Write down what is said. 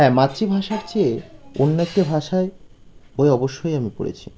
হ্যাঁ মাতৃভাষার চেয়ে উন্নত ভাষায় বই অবশ্যই আমি পড়েছি